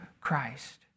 Christ